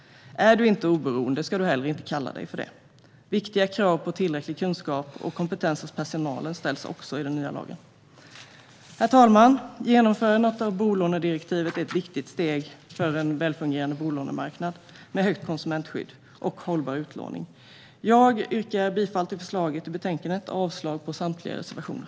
Är du inte oberoende ska du heller inte kalla dig det. Viktiga krav på tillräcklig kunskap och kompetens hos personalen ställs också i den nya lagen. Herr talman! Genomförandet av bolånedirektivet är ett viktigt steg för en välfungerande bolånemarknad med högt konsumentskydd och hållbar utlåning. Jag yrkar bifall till förslaget i betänkandet och avslag på samtliga reservationer.